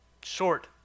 Short